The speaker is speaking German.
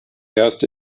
erste